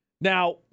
Now